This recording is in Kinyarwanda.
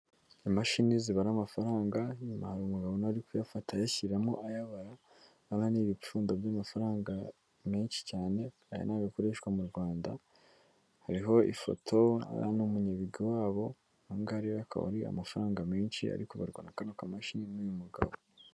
Imashini zibara amafaranga inyuma hari umugabo uri kuyafata ayashyiramo ayabara aha n'ibipfundo by'amafaranga menshi cyane arimo ayo bakoreshwa mu Rwanda hariho ifoto n'umunyabigwi wabo aya ngaya akaba ari amafaranga menshi ari kubarwa n'aka kamashini n'uyu mugabo.